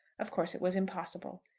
of course it was impossible.